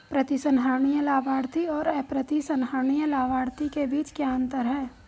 प्रतिसंहरणीय लाभार्थी और अप्रतिसंहरणीय लाभार्थी के बीच क्या अंतर है?